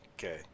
Okay